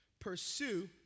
pursue